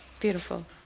beautiful